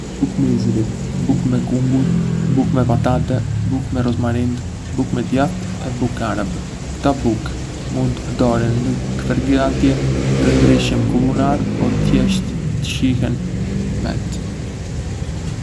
Bukë misri, bukë me kungull, bukë me patate, bukë me rozmarindë, bukë me djathë e bukë arabe. Ktò bukë mund të përdoren ndë përgatitje të ndryshme kulinarie o thjesht të shijohen vetë.